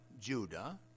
Judah